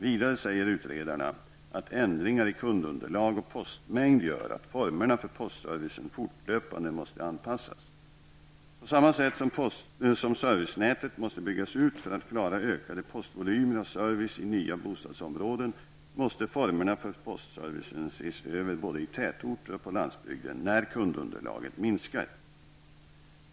Vidare säger utredarna att ändringar i kundunderlag och postmängd gör att formerna för postservicen fortlöpande måste anpassas. På samma sätt som servicenätet måste byggas ut för att klara ökade postvolymer och service i nya bostadsområden måste formerna för postservicen ses över både i tätorter och på landsbygden när kundunderlaget minskar.